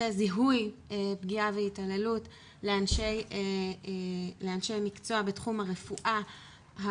זיהוי פגיעה והתעללות לאנשי מקצוע בתחום הרפואה.